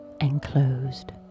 enclosed